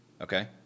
Okay